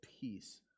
peace